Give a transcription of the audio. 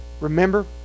Remember